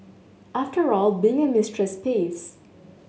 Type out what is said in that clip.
after all being a mistress pays